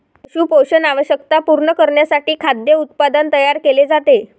पशु पोषण आवश्यकता पूर्ण करण्यासाठी खाद्य उत्पादन तयार केले जाते